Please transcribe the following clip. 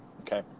Okay